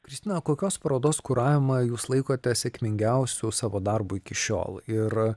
kristina kokios parodos kuravimą jūs laikote sėkmingiausiu savo darbu iki šiol ir